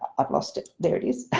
i've lost it, there it is,